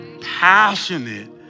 Passionate